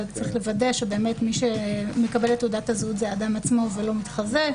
צריך לוודא שבאמת מי שמקבל את תעודת הזהות זה האדם עצמו ולא מתחזה,